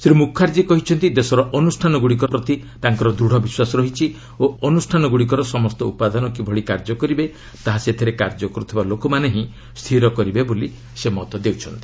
ଶ୍ରୀ ମୁଖାର୍ଜୀ କହିଛନ୍ତି ଦେଶର ଅନୁଷ୍ଠାନଗୁଡ଼ିକ ପ୍ରତି ତାଙ୍କର ଦୃଢ଼ ବିଶ୍ୱାସ ରହିଛି ଓ ଅନୁଷ୍ଠାନଗୁଡ଼ିକର ସମସ୍ତ ଉପାଦାନ କିଭଳି କାର୍ଯ୍ୟ କରିବେ ତାହା ସେଥିରେ କାର୍ଯ୍ୟ କରୁଥିବା ଲୋକମାନେ ହିଁ ସ୍ଥିର କରିବେ ବୋଲି ସେ ମତ ଦେଉଛନ୍ତି